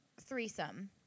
threesome